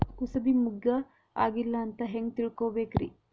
ಕೂಸಬಿ ಮುಗ್ಗ ಆಗಿಲ್ಲಾ ಅಂತ ಹೆಂಗ್ ತಿಳಕೋಬೇಕ್ರಿ?